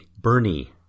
Bernie